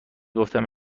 گفتم